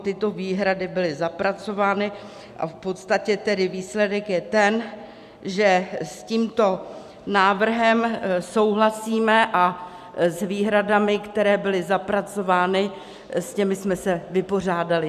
Tyto výhrady byly zapracovány a v podstatě výsledek je ten, že s tímto návrhem souhlasíme a s výhradami, které byly zapracovány, s těmi jsme se vypořádali.